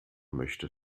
möchte